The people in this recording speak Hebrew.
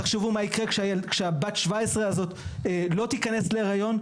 תחשבו מה יקרה כשבת ה-17 הזאת לא תיכנס להריון,